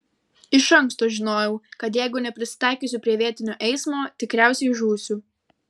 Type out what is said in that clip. iš anksto žinojau kad jeigu neprisitaikysiu prie vietinio eismo tikriausiai žūsiu